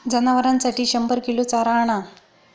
जनावरांसाठी शंभर किलो चारा आणा